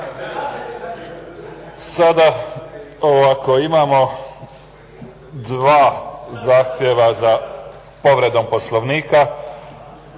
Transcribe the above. Sada ovako. Imamo dva zahtjeva za povredom Poslovnika.